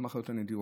במחלות הנדירות.